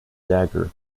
dagger